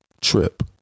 trip